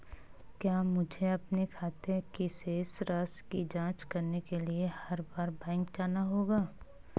क्या मुझे अपने खाते की शेष राशि की जांच करने के लिए हर बार बैंक जाना होगा?